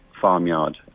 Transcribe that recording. farmyard